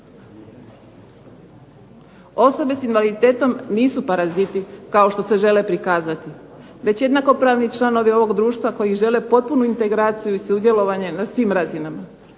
Osobe sa invaliditetom nisu paraziti kao što se žele prikazati već jednakopravni članovi ovoga društva koji žele potpunu integraciju i sudjelovanje na svim razinama,